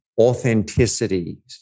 authenticity